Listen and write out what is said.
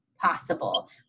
possible